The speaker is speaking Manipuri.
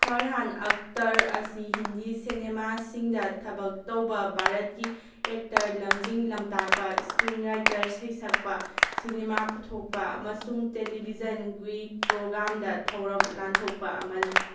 ꯐꯔꯍꯥꯟ ꯑꯛꯇꯔ ꯑꯁꯤ ꯍꯤꯟꯗꯤ ꯁꯤꯅꯦꯃꯥꯁꯤꯡꯗ ꯊꯕꯛ ꯇꯧꯕ ꯚꯥꯔꯠꯀꯤ ꯑꯦꯛꯇꯔ ꯂꯝꯖꯤꯡ ꯂꯝꯇꯥꯛꯄ ꯏꯁꯀ꯭ꯔꯤꯟ ꯔꯥꯏꯇꯔ ꯁꯩꯁꯛꯄ ꯁꯤꯅꯦꯃꯥ ꯄꯨꯊꯣꯛꯄ ꯑꯃꯁꯨꯡ ꯇꯦꯂꯤꯕꯤꯖꯟꯒꯤ ꯄ꯭ꯔꯣꯒꯥꯝꯗ ꯊꯧꯔꯝ ꯂꯥꯟꯊꯣꯛꯄ ꯑꯃꯅꯤ